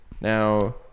Now